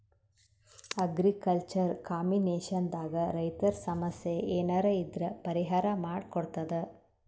agriculture communication ದಾಗ್ ರೈತರ್ ಸಮಸ್ಯ ಏನರೇ ಇದ್ರ್ ಪರಿಹಾರ್ ಮಾಡ್ ಕೊಡ್ತದ್